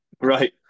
Right